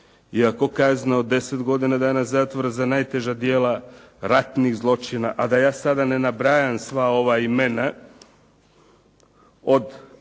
iako kazna od 10 godina dana zatvora za najteža djela ratnih zločina, a da ja sada ne nabrajam sva ova imena od